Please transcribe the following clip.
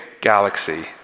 galaxy